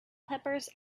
peppers